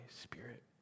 spirit